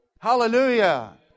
Hallelujah